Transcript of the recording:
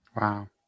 Wow